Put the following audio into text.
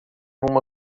uma